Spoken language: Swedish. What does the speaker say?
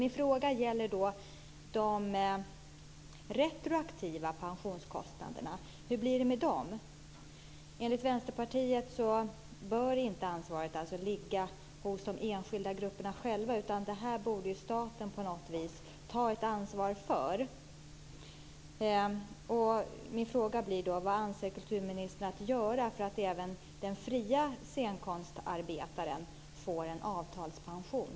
Min fråga gäller de retroaktiva pensionskostnaderna. Hur blir det med dem? Enligt Vänsterpartiet bör inte ansvaret ligga hos de enskilda grupperna själva, utan det här borde staten ta ett ansvar för. Min fråga blir: Vad anser kulturministern att göra för att även den fria scenkonstarbetaren får en avtalspension?